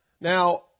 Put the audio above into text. Now